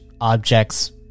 objects